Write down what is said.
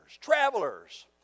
travelers